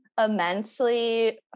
immensely